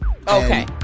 okay